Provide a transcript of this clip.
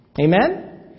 Amen